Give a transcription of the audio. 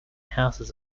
houses